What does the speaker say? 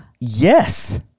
Yes